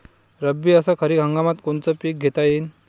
रब्बी अस खरीप हंगामात कोनचे पिकं घेता येईन?